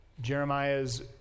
Jeremiah's